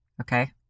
Okay